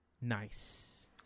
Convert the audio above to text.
nice